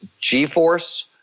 g-force